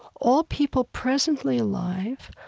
all people presently alive,